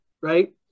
right